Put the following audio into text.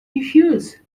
refuse